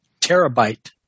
terabyte